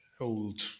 old